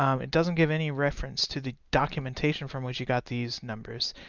um it doesn't give any reference to the documentation from which he got these numbers.